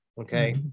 Okay